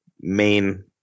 main